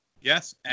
yes